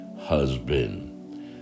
husband